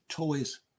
Toys